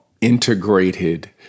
integrated